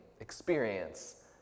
experience